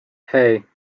hey